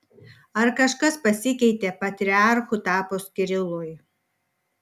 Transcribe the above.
ar kažkas pasikeitė patriarchu tapus kirilui